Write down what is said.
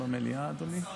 השר במליאה, אדוני?